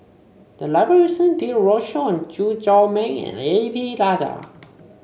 the library recently did a roadshow on Chew Chor Meng and A P Rajah